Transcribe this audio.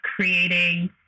creating